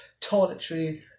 toiletry